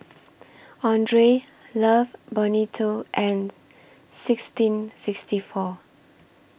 Andre Love Bonito and sixteen sixty four